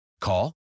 Call